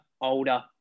older